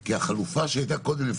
כי החלופה שהייתה קודם,